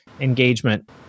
engagement